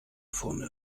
formel